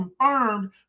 confirmed